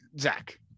Zach